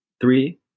Three